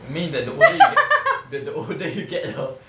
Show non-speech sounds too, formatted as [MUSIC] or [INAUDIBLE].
means that the older you get the the [LAUGHS] older you get your